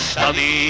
Study